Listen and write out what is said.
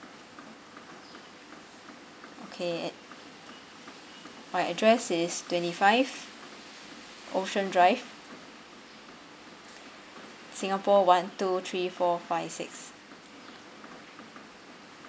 okay at my address is twenty five ocean drive singapore one two three four five six